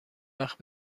وقت